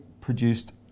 produced